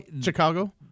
Chicago